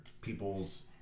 people's